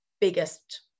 biggest